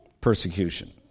persecution